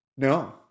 No